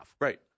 Right